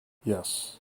yes